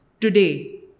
today